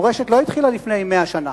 המורשת לא התחילה לפני 100 שנה.